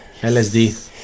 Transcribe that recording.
lsd